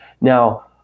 Now